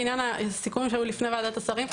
לעניין הסיכום שהיה לפני ועדת השרים,